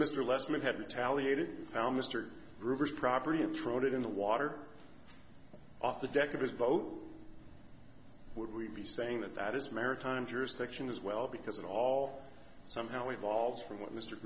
leslie had retaliated found mr rivers property and thrown it in the water off the deck of his boat would we be saying that that is maritime jurisdiction as well because it all somehow evolves from what mr